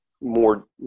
more